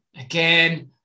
Again